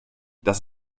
das